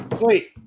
Wait